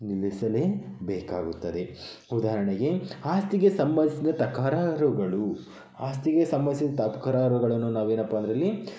ನಿಲ್ಲಿಸಲೇಬೇಕಾಗುತ್ತದೆ ಉದಾಹರಣೆಗೆ ಆಸ್ತಿಗೆ ಸಂಬಂಧಿಸಿದ ತಕರಾರುಗಳು ಆಸ್ತಿಗೆ ಸಂಬಂದ್ಸಿದ ತಕರಾರುಗಳನ್ನು ನಾವೇನಪ್ಪ ಅಂದರಿಲ್ಲಿ